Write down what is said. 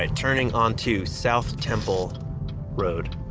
ah turning onto south temple road,